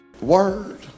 word